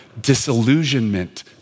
disillusionment